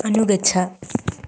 अनुगच्छ